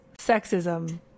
sexism